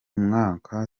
mwaka